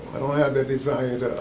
i don't have that desire to